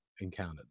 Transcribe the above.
encountered